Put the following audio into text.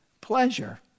pleasure